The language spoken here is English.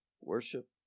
Worship